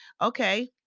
Okay